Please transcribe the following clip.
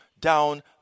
down